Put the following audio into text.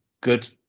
good